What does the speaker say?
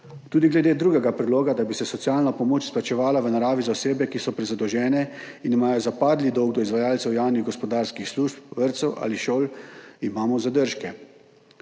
Tudi glede drugega predloga, da bi se socialna pomoč izplačevala v naravi za osebe, ki so prezadolžene in imajo zapadli dolg do izvajalcev javnih gospodarskih služb, vrtcev ali šol, imamo zadržke.